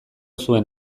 zuen